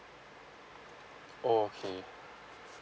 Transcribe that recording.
oh okay